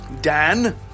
Dan